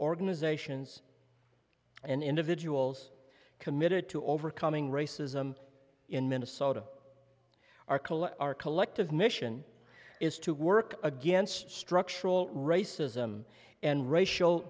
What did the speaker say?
organizations and individuals committed to overcoming racism in minnesota arkell our collective mission is to work against structural racism and racial